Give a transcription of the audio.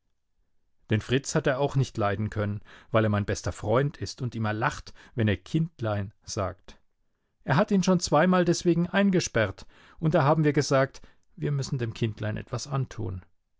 den fritz hat er auch nicht leiden können weil er mein bester freund ist und immer lacht wenn er kindlein sagt er hat ihn schon zweimal deswegen eingesperrt und da haben wir gesagt wir müssen dem kindlein etwas antun